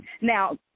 Now